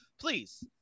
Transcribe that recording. please